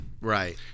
Right